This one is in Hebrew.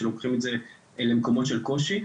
שלוקחים את זה למקומות של קושי,